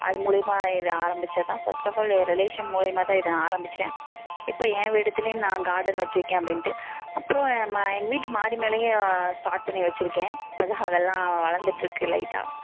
அதன் மூலிமா இது ஆரம்மிச்சது தான் ஃபஸ்ட் ஆஃப் ஆல் என் ரிலேஷன் மூலிமா தான் நான் இதை ஆரம்மிச்சேன் இப்போ என் வீடுத்துலையும் நான் காடன் வெச்சிருக்கேன் அப்படின்ட்டு அப்புறம் எங்கள் வீட்டு மாடிமேலேயும் ஸ்டார்ட் பண்ணி வெச்சிருக்கேன் இப்போ தான் அதெல்லாம் வளந்துட்டுருக்கு லைட்டாக